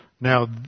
now